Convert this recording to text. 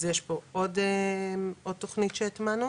אז יש פה עוד תוכנית שהטמענו